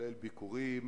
שבכללן ביקורים,